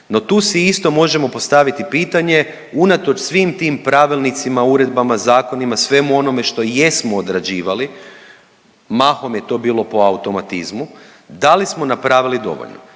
No tu si isto možemo postaviti pitanje, unatoč svim tim pravilnicima, uredbama, zakonima svemu onome što jesmo odrađivali mahom je to bilo po automatizmu, da li smo napravili dovoljno?